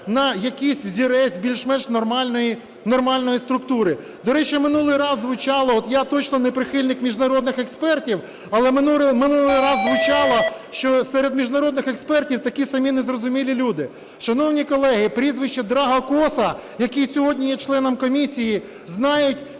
на якийсь взірець більш-менш нормальної структури. До речі, минулий раз звучало, от я точно не прихильник міжнародних експертів, але минулий раз звучало, що серед міжнародних експертів такі самі незрозумілі люди. Шановні колеги, прізвище Драго Коса, який сьогодні є членом комісії знають